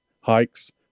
hikes